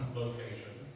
location